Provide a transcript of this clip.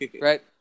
Right